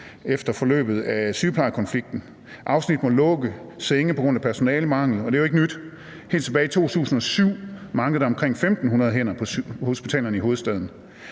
efter forløbet af sygeplejekonflikten. Sengeafsnit må lukke på grund af personalemangel, og det er jo ikke nyt, for helt tilbage i 2007 manglede der omkring 1.500 hænder på hospitalerne i hovedstaden.